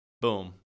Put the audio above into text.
boom